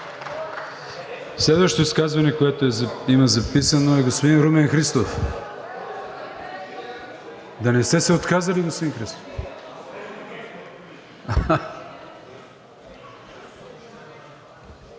Следващото изказване, което е записано, е на господин Румен Христов. (Реплики.) Да не сте се отказали, господин Христов?